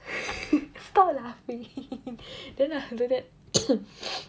stop laughing then after that